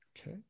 Okay